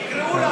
יקראו לנו.